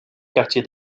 quartier